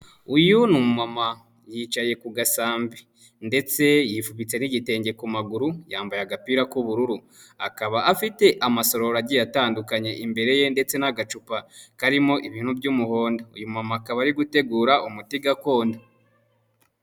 Uyu ni mama yicaye ku gasambi ndetse yifubitse n'igitenge ku maguru, yambaye agapira k'ubururu, akaba afite amasarologi atandukanye imbere ye ndetse n'agacupa karimo ibintu by'umuhondo. Uyu mumama akaba ari gutegura umuti gakondo.